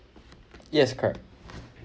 yes correct